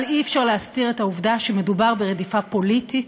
אבל אי-אפשר להסתיר את העובדה שמדובר ברדיפה פוליטית.